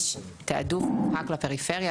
יש תיעדוף רק לפריפריה,